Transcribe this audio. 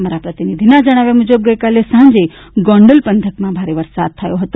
અમારા પ્રતિનિધિના જણાવ્યા મુજબ ગઇકાલે સાંજે ગોંડલ પંથકમાં ભારે વરસાદ થયો હતો